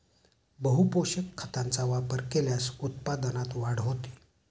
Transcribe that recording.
बहुपोषक खतांचा वापर केल्यास उत्पादनात वाढ होते